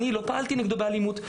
אני לא פעלתי נגדו באלימות.